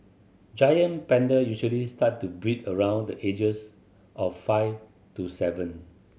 giant panda usually start to breed around the ages of five to seven